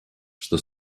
что